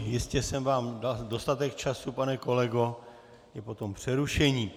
Jistě jsem vám dal dostatek času, pane kolego, i po tom přerušení.